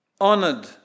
honored